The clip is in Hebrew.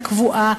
הקבועה,